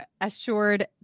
assured